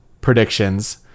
predictions